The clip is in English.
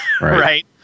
right